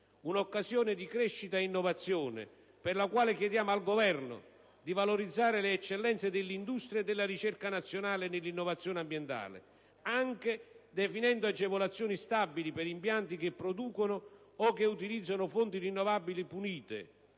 un'occasione di crescita e innovazione per la quale chiediamo al Governo di valorizzare le eccellenze dell'industria e della ricerca nazionale nell'innovazione ambientale, anche definendo agevolazioni stabili per impianti che producono o che utilizzano fonti rinnovabili pulite,